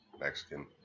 Mexican